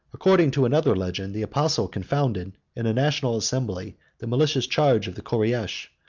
according to another legend, the apostle confounded in a national assembly the malicious challenge of the koreish.